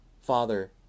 Father